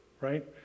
right